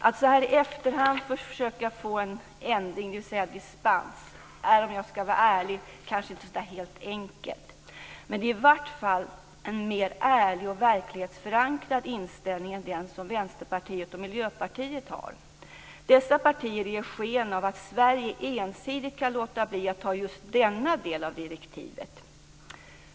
Att så här i efterhand försöka få en ändring, dvs. dispens, är om jag ska vara ärlig kanske inte helt enkelt. Men det är i vart fall en mer ärlig och verklighetsförankrad inställning än den som Vänsterpartiet och Miljöpartiet har. Dessa partier ger sken av att Sverige ensidigt kan låta bli att anta just denna del av direktivet.